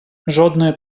жодної